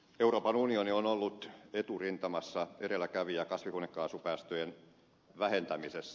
euroopan unioni on ollut eturintamassa edelläkävijä kasvihuonekaasupäästöjen vähentämisessä